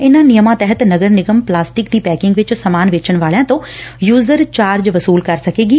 ਇਨਾਂ ਨਿਯਮਾਂ ਤਹਿਤ ਨਗਰ ਨਿਗਮ ਪਲਾਸਟਿਕ ਦੀ ਪੈਕਿੰਗ ਵਿਚ ਸਾਮਾਨ ਵੇਚਣ ਵਾਲਿਆਂ ਤੋਂ U S E R charge ਵਸੁਲ ਕਰ ਸਕੇਗੀ